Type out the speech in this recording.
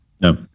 No